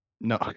No